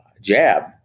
jab